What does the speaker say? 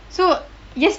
so yes~